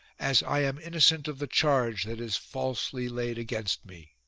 as i am innocent of the charge that is falsely laid against me.